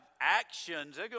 actions